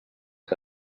que